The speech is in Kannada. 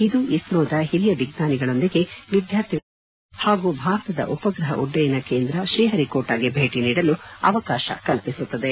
ಇದು ಇಸ್ತೋದ ಹಿರಿಯ ವಿಜ್ಞಾನಿಗಳೊಂದಿಗೆ ವಿದ್ಯಾರ್ಥಿಗಳು ಸಂವಾದ ನಡೆಸಲು ಹಾಗೂ ಭಾರತದ ಉಪಗ್ರಹ ಉಡ್ಡಯನ ಕೇಂದ್ರ ಶ್ರೀಹರಿಕೋಟಾಗೆ ಭೇಟ ನೀಡಲು ಅವಕಾಶ ಕಲ್ಪಿಸುತ್ತದೆ